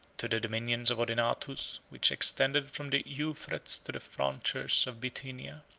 to the dominions of odenathus, which extended from the euphrates to the frontiers of bithynia,